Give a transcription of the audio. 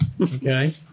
Okay